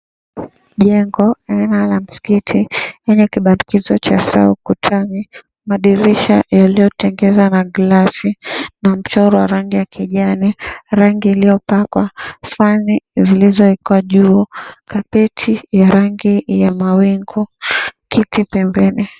Jengo aina la msikiti yenye kibatizi cha saa ukutani. Madirisha yaliyotengenezwa na glasi na michoro wa rangi ya kijani. Rangi illiyopakwa sahani zilizowekwa juu. Kabeti ya rangi ya mawingu. Kiti pembeni.